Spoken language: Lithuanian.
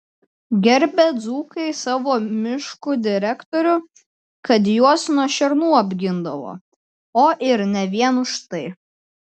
gerbė dzūkai savo miškų direktorių kad juos nuo šernų apgindavo o ir ne vien už tai